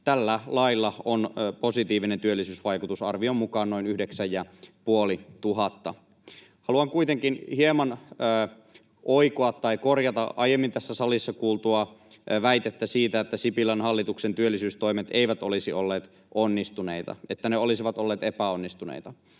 Tällä lailla on positiivinen työllisyysvaikutus, arvion mukaan noin 9 500. Haluan kuitenkin hieman oikoa tai korjata aiemmin tässä salissa kuultua väitettä, että Sipilän hallituksen työllisyystoimet eivät olisi olleet onnistuneita, että ne olisivat olleet epäonnistuneita: